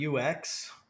UX